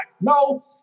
No